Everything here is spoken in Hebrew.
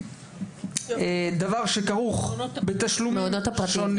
דבר שכרוך בתשלומים שונים